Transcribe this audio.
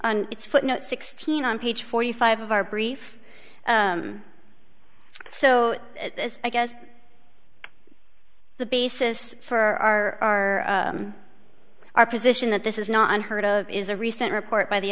on its footnote sixteen on page forty five of our brief so i guess the basis for our our position that this is not unheard of is a recent report by the